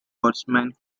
horseman